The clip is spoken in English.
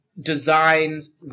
designs